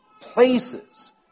places